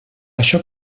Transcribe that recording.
això